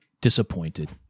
disappointed